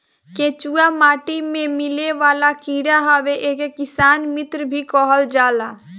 केचुआ माटी में मिलेवाला कीड़ा हवे एके किसान मित्र भी कहल जाला